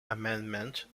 amendment